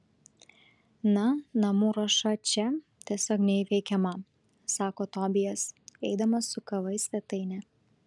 na namų ruoša čia tiesiog neįveikiama sako tobijas eidamas su kava į svetainę